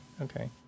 Okay